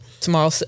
tomorrow